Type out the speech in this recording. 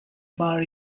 bar